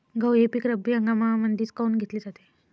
गहू हे पिक रब्बी हंगामामंदीच काऊन घेतले जाते?